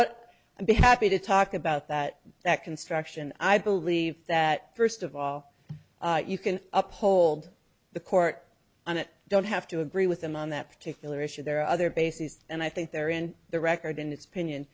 what i be happy to talk about that that construction i believe that first of all you can uphold the court and it don't have to agree with them on that particular issue there are other bases and i think they're in the record and it's pinion